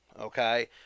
Okay